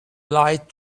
light